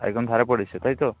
একদম ধারে পড়েছে তাই তো